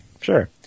Sure